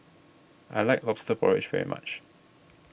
I like Lobster Porridge very much